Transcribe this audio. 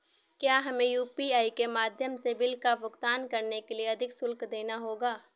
क्या हमें यू.पी.आई के माध्यम से बिल का भुगतान करने के लिए अधिक शुल्क देना होगा?